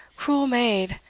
cruel maid,